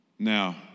Now